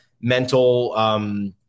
mental